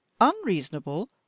unreasonable